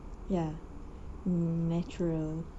ya mm natural